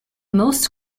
most